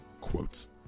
quotes